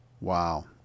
Wow